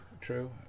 true